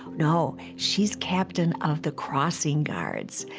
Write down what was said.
no, she's captain of the crossing guards.